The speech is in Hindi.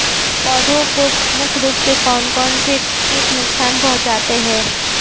पौधों को प्रमुख रूप से कौन कौन से कीट नुकसान पहुंचाते हैं?